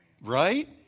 Right